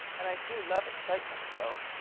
and i do love excitements so!